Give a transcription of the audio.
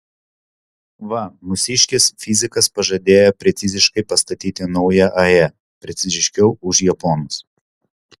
va mūsiškis fizikas pažadėjo preciziškai pastatyti naują ae preciziškiau už japonus